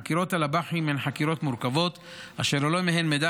חקירות הלב"חים הן חקירות מורכבות אשר עולה מהן מידע